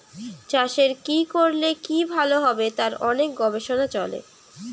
চাষের কি করলে কি ভালো হবে তার অনেক গবেষণা চলে